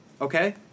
okay